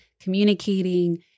communicating